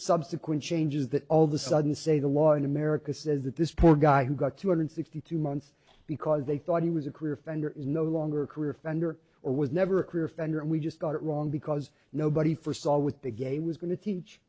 subsequent changes that all the sudden say the law in america says that this poor guy who got two hundred sixty two months because they thought he was a career offender is no longer a career offender or was never a career offender and we just got it wrong because nobody for saul with the game was going to teach